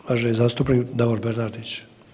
Uvaženi zastupnik Davor Bernardić.